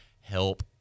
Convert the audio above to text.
help